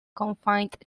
confined